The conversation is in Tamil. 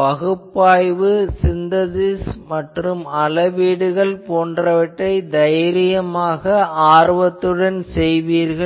பகுப்பாய்வு சின்தசிஸ் மற்றும் அளவீடு போன்றவற்றைத் தைரியமாக ஆர்வத்துடன் செய்வீர்கள்